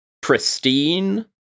pristine